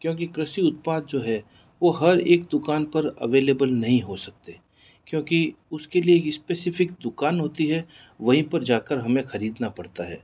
क्योंकि कृषि उत्पादन जो है वो हर एक दुकान पर अवेलेबल नहीं हो सकते क्योंकि उसके लिए स्पेसिफिक दुकान होती है वहीं पर जाकर हमें खरीदना पड़ता है